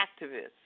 Activists